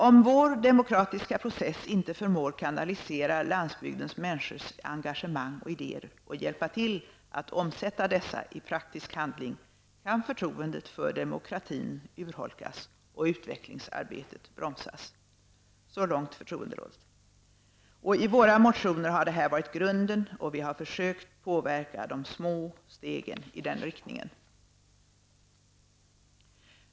Om vår demokratiska process inte förmår kanalisera landsbygdens människors engagemang och idéer och hjälpa till att omsätta dessa i praktisk handling, kan förtroendet för demokratin urholkas och utvecklingsarbetet bromsas.'' I våra motioner har detta varit grunden, och vi har försökt påverka de små stegen i den riktningen.